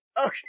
okay